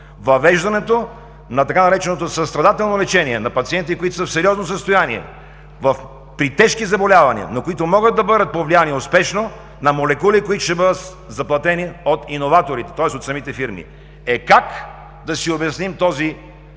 – въвеждането на така нареченото „състрадателно лечение“ на пациенти, които са в сериозно състояние, при тежки заболявания, но които могат да бъдат повлияни успешно от молекули, които ще бъдат заплатени от иноваторите, тоест от самите фирми. Е, как да си обясним този